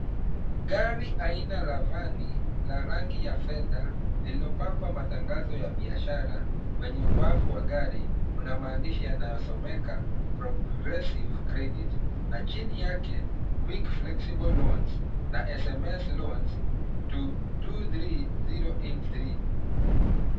Gari aina la vani la rangi ya fedha, lililopakwa matangazo ya biashara. Kwenye ubavu wa gari, kuna maandishi yanayosomeka, progressive credit , na chini yake, quick flexible loans , na SMS loans to 23083.